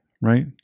Right